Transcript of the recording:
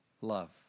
love